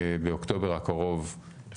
באוקטובר הקרוב,